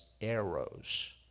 arrows